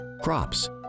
crops